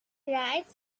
right